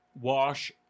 Wash